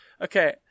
Okay